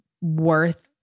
worth